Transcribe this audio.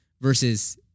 versus